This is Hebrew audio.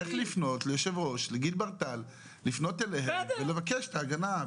צריך לפנות ליושב-ראש, לגיל ברטל, לבקש את ההגנה.